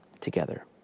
together